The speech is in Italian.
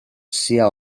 sia